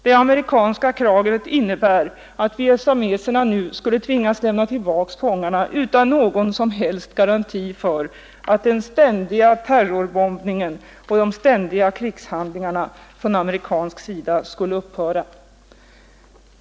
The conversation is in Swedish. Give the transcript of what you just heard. Det amerikanska kravet innebär att vietnameserna nu skulle tvingas lämna tillbaka fångarna utan några som helst garantier för att den ständiga terrorbombningen och de ständiga krigshandlingarna från amerikansk sida skulle upphöra.